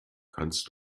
kannst